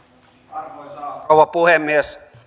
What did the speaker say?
arvoisa rouva puhemies